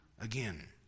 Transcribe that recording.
again